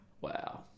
wow